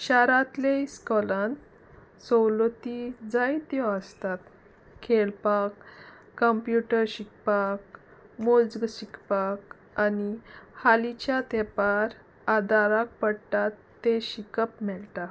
शारांतले इस्कॉलान सवलती जायत्यो आसतात खेळपाक कंप्युटर शिकपाक वोज्ग शिकपाक आनी हालींच्या तेंपार आदाराक पडटात ते शिकप मेळटा